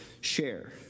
share